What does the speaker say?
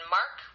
Mark